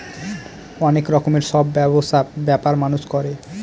অনেক রকমের সব ব্যবসা ব্যাপার মানুষ করে